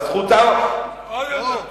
אז זכותן, עוד יותר טוב.